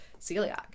celiac